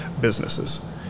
businesses